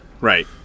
Right